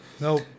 No